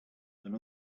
and